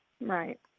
Right